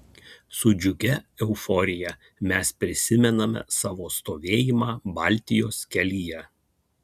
su džiugia euforija mes prisimename savo stovėjimą baltijos kelyje